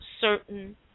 certain